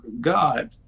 God